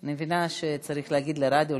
אני מבינה שצריך להגיד לרדיו,